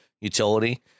utility